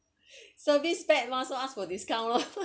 service bad mah so ask for discount lor